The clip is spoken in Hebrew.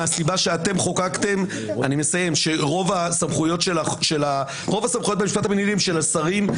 מהסיבה שאתם חוקקתם שרוב הסמכויות --- הן של השרים,